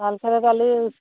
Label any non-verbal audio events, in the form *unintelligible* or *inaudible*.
কালকে তাহলে *unintelligible*